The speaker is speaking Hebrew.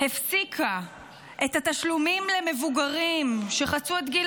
הפסיקה את התשלומים למבוגרים שחצו את גיל